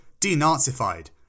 denazified